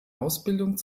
ausbildung